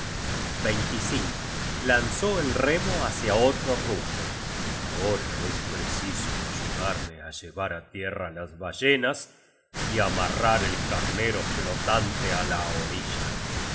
habló lanzó el remo hácia otro rumbo ahora es preciso ayudarme á llevar á tierra las ballenas y amarrar el carnero flotante á la orilla